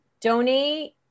donate